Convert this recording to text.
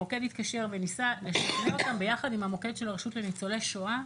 המוקד התקשר וניסה לשכנע אותם ביחד עם המוקד של הרשות לניצולי שואה,